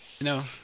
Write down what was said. no